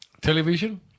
Television